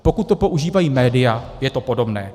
Pokud to používají média, je to podobné.